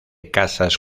casas